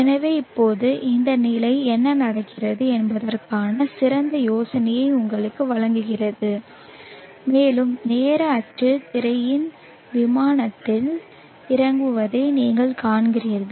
எனவே இப்போது இந்த நிலை என்ன நடக்கிறது என்பதற்கான சிறந்த யோசனையை உங்களுக்கு வழங்குகிறது மேலும் நேர அச்சு திரையின் விமானத்தில் இறங்குவதை நீங்கள் காண்கிறீர்கள்